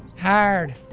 hard.